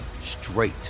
straight